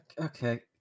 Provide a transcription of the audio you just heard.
Okay